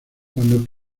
cuando